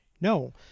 No